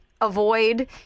avoid